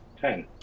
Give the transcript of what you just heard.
Ten